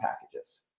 packages